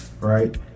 right